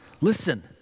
Listen